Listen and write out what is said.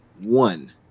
one